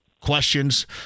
questions